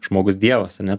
žmogus dievas ane